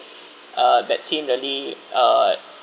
uh that scene really uh